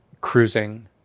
cruising